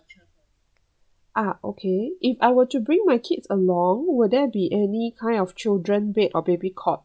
ah okay if I were to bring my kids along will there be any kind of children bed or baby cot